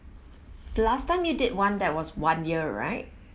the last time you did one that was one year right